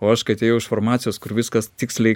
o aš kai atėjau iš farmacijos kur viskas tiksliai